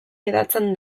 hedatzen